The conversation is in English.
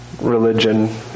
religion